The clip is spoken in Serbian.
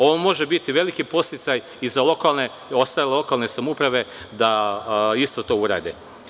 Ovo može biti veliki podsticaj i za ostale lokalne samouprave da isto to urade.